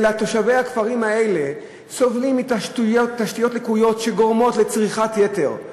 אלא תושבי הכפרים האלה סובלים מתשתיות לקויות שגורמות לצריכת יתר,